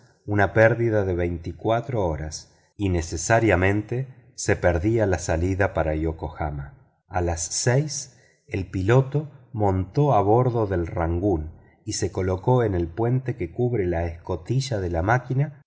una pérdida de veinticuatro horas y necesariamente se perdía la salida para yokohama a las seis el piloto subió a bordo del rangoon y se colocó en el puente que cubre la escotilla de la máquina